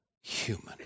human